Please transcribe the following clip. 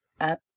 Up